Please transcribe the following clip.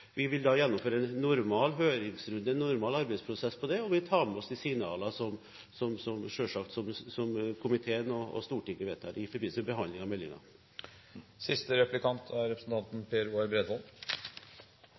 Vi vil gjennomføre en normal høringsrunde, en normal arbeidsprosess, på det, og vi tar selvsagt med oss de signaler som komiteen og Stortinget kommer med i forbindelse med behandlingen av meldingen. Statsråden er